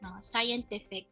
scientific